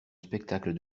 spectacle